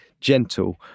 gentle